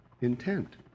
intent